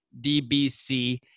dbc